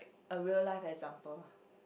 a real life example